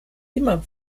immer